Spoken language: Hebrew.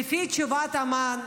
לפי תשובת אמ"ן.